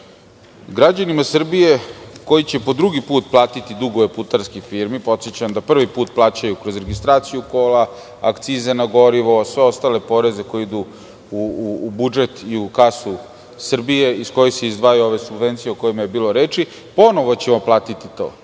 načelu. Građanima Srbije koji će po drugi put platiti dugove putarskih firmi, podsećam da prvi put plaćaju kroz registraciju kola, akciza na gorivo, sve ostale poreze koji idu u budžet i u kasu Srbije, iz kojih se izdvajaju ove subvencije o kojima je bilo reči. Ponovo ćemo platiti to.